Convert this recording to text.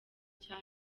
cya